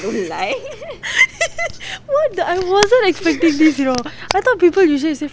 what the I wasn't expected this you know I thought people usually say